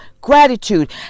gratitude